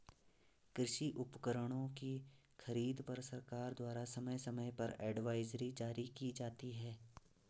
कृषि उपकरणों की खरीद पर सरकार द्वारा समय समय पर एडवाइजरी जारी की जाती है